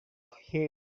here